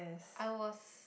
I was